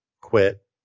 quit